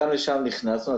גם לשם נכנסנו,